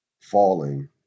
falling